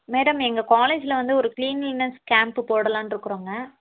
madam எங்கள் காலேஜில் வந்து ஒரு க்ளீனிங்னஸ் கேம்ப்பு போடலான்ட்டுருக்குறோங்க